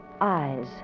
eyes